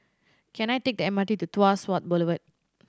can I take the M R T to Tuas South Boulevard